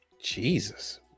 Jesus